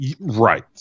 Right